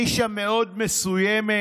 נישה מאוד מסוימת,